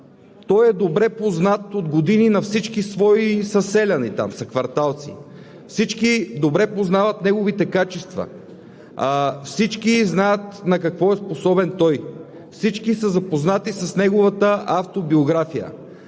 той е добре познат от години на всички свои съселяни и съкварталци, всички добре познават неговите качества, всички знаят на какво е способен той, всички са запознати с неговата автобиография.